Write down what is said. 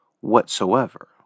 whatsoever